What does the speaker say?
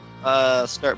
Start